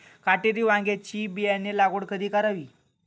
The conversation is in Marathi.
काटेरी वांग्याची बियाणे लागवड कधी करावी?